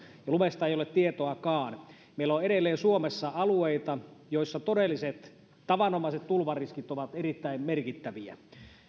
ja lumesta ei ole tietoakaan niin meillä on suomessa edelleen alueita joilla todelliset tavanomaiset tulvariskit ovat erittäin merkittäviä